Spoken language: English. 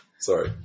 Sorry